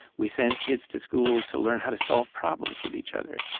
we sent kids to school to learn how to solve problems with each other.